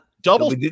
Double